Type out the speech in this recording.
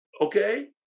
okay